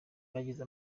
bagize